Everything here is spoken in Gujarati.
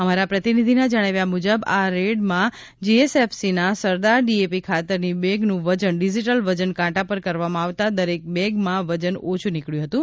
અમારા પ્રતિનિધિના જણાવ્યા મુજબ આ રેડમાં જીએસ એફસીના સરદાર ડીએપી ખાતરની બેગનું વજન ડિજિટલ વજન કાંટા પર કરવામાં આવતા દરેક બેગમાં વજન ઓછૂં નીકળ્યું હતું